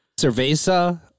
Cerveza